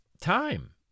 time